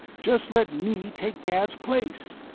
just let me take dad's place!